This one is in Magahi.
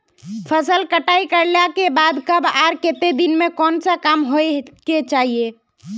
फसल कटाई करला के बाद कब आर केते दिन में कोन सा काम होय के चाहिए?